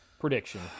Prediction